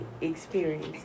experience